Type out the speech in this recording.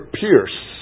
pierce